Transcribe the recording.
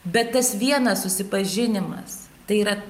bet tas vienas susipažinimas tai yra